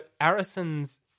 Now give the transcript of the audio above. Arisons